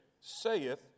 saith